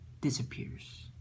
disappears